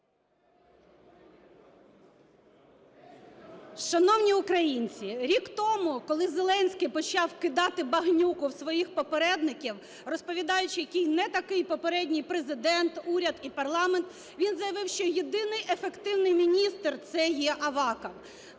Шановні українці, рік тому, коли Зеленський почав кидати багнюку в своїх попередників, розповідаючи, який не такий попередній Президент, уряд і парламент, він заявив, що єдиний ефективний міністр – це є Аваков.